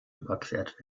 überquert